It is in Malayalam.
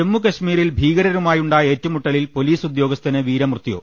ജമ്മുകശ്മീരിൽ ഭീകരരുമായുണ്ടായ ഏറ്റുമുട്ടലിൽ പൊലീസ് ഉദ്യോ ഗസ്ഥന് വീരമൃത്യു